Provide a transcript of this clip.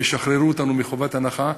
וישחררו אותנו מחובת הנחה,